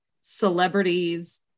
celebrities